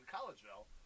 Collegeville